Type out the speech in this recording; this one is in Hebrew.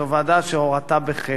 זו ועדה שהורתה בחטא.